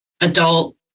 adult